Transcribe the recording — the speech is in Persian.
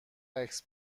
عکس